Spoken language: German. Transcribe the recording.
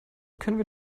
können